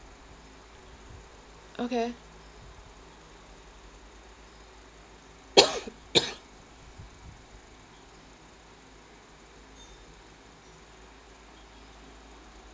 okay